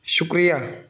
شکریہ